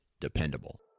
dependable